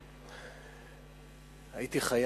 הייתי חייב.